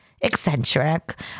eccentric